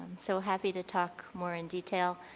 so happy to talk more in detail.